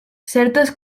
certes